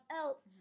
else